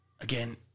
again